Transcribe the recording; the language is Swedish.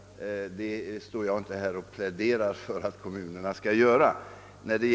Jag pläderar inte för att de skall göra det.